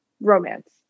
romance